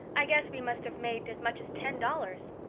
i guess we must have made as much as ten dollars.